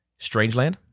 Strangeland